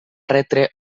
retre